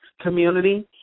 community